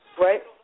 Right